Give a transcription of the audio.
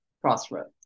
crossroads